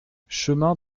chemin